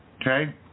Okay